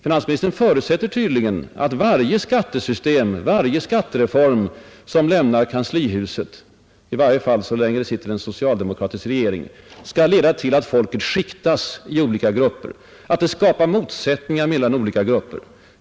Finansministern förutsätter alltså att varje skattesystem, varje skattereform som lämnar kanslihuset — i varje fall så länge det sitter en socialdemokratisk regering — skall leda till att folket skiktas i olika grupper, att det skapar motsättningar dem emellan.